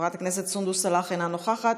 חברת הכנסת סונדוס סאלח, אינה נוכחת.